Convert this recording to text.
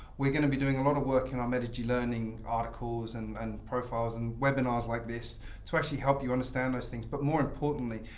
we're going to be doing a lot of work in our metigy learning articles and and profiles and webinars like this to actually help you understand those things. but more importantly,